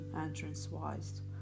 entrance-wise